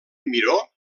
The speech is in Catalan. miró